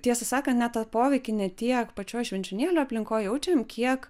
tiesą sakant net tą poveikį ne tiek pačioj švenčionėlių aplinkoj jaučiam kiek